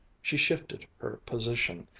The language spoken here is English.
she shifted her position,